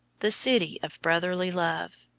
the city of brotherly love.